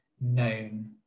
known